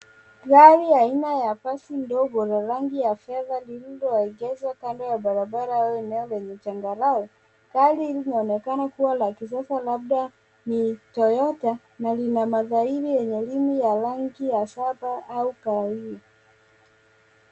Gari aina ya basi ndogo la rangi ya fedha lililoegeshwa kando ya barabara au eneo lenye changarawe. Gari hili linaonekana kuwa la kisasa labda ni Toyota na lina matairi yenye rimu ya rangi ya saba au kahawia.